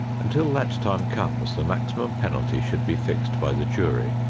until that time comes, the maximum penalty should be fixed by the jury,